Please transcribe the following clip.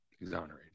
exonerated